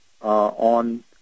on